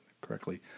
correctly